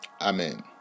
Amen